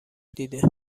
دیده